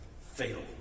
fatal